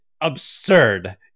absurd